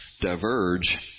diverge